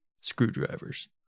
screwdrivers